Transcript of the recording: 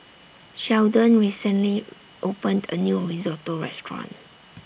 Sheldon recently opened A New Risotto Restaurant